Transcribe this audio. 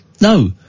No